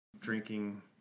drinking